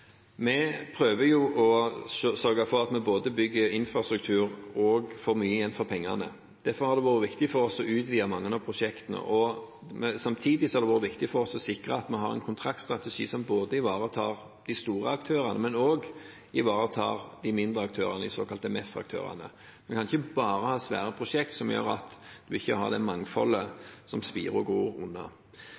Vi prøver å sørge for at vi både bygger infrastruktur og får mye igjen for pengene. Derfor har det vært viktig for oss å utvide mange av prosjektene. Samtidig har det vært viktig for oss å sikre at vi har en kontraktstrategi som ivaretar de store aktørene, men som også ivaretar de mindre aktørene, de såkalte MEF-aktørene. Vi kan ikke bare ha svære prosjekt som gjør at vi ikke har det mangfoldet som spirer og gror under.